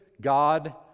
God